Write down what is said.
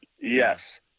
Yes